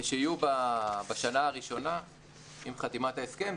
שיהיו בשנה הראשונה עם חתימת ההסכם.